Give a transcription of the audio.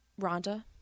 Rhonda